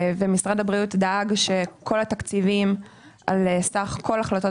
משרד הבריאות דאג שכל התקציבים של סך כל החלטות